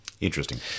interesting